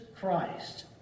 Christ